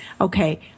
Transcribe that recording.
okay